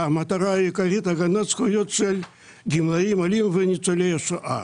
שהיא העמותה העיקרית להגנת זכויות של גמלאים עניים וניצולי שואה.